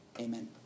Amen